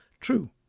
true